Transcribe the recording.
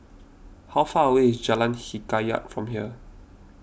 how far away is Jalan Hikayat from here